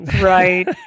Right